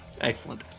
Excellent